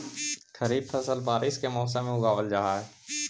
खरीफ फसल बारिश के समय उगावल जा हइ